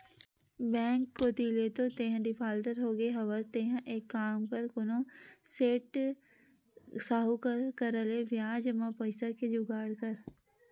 bank कोती ले तो तेंहा डिफाल्टर होगे हवस तेंहा एक काम कर कोनो सेठ, साहुकार करा ले बियाज म पइसा के जुगाड़ कर